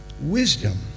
wisdom